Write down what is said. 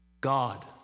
God